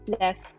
left